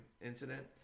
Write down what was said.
incident